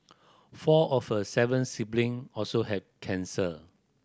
four of her seven sibling also had cancer